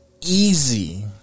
easy